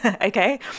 okay